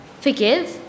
Forgive